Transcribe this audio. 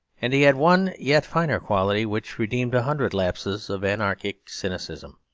and he had one yet finer quality which redeems a hundred lapses of anarchic cynicism.